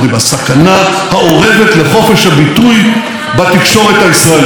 הסכנה האורבת לחופש הביטוי בתקשורת הישראלית.